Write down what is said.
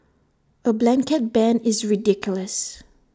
A blanket ban is ridiculous